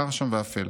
קר שם ואפל.